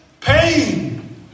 pain